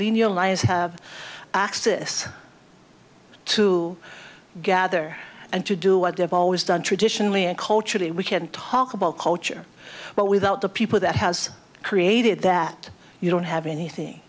allies have axis to gather and to do what they've always done traditionally and culturally we can talk about culture but without the people that has created that you don't have anything